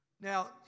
Now